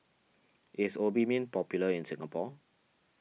is Obimin popular in Singapore